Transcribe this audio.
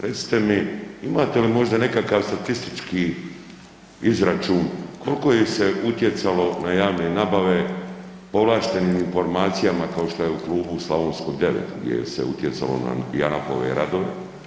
Recite mi, ima te li možda nekakav statistički izračun, koliko ih se utjecalo na javne nabave po povlaštenim informacijama kao što je u klubu u Slovenskoj 9 gdje se utjecalo na Janaf-ove radove?